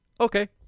okay